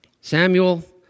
Samuel